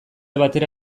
batera